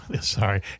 Sorry